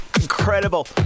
Incredible